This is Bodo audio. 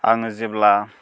आङो जेब्ला